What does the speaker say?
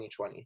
2020